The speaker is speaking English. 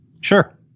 Sure